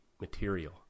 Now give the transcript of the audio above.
material